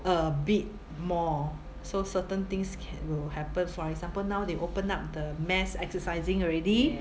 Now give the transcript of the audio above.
a bit more so certain things can will happen for example now they open up the mass exercising already